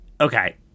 okay